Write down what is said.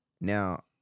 Now